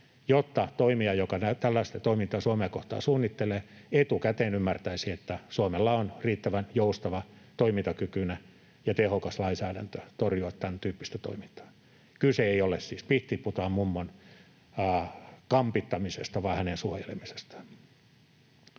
jotta toimija, joka tällaista toimintaa Suomea kohtaa suunnittelee, etukäteen ymmärtäisi, että Suomella on riittävän joustava, toimintakykyinen ja tehokas lainsäädäntö torjua tämäntyyppistä toimintaa. Kyse ei ole siis pihtiputaanmummon kampittamisesta vaan hänen suojelemisestaan.